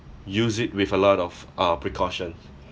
use it with a lot of uh precaution